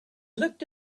looked